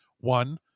one